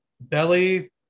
Belly